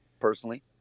personally